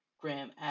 Graham